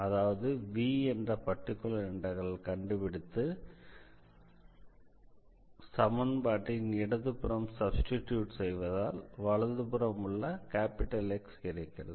அதாவது v என்ற particular இண்டெக்ரலை கண்டுபிடித்து சமன்பாட்டின் இடது புறம் சப்ஸ்டிடியூட் செய்வதால் வலதுபுறம் உள்ள X கிடைக்கிறது